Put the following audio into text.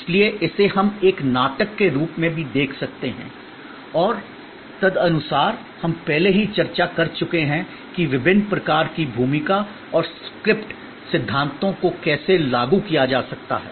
इसलिए इसे हम एक नाटक के रूप में भी देख सकते हैं और तदनुसार हम पहले ही चर्चा कर चुके हैं कि विभिन्न प्रकार की भूमिका और स्क्रिप्ट सिद्धांतों को कैसे लागू किया जा सकता है